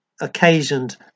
occasioned